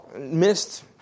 missed